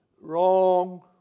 Wrong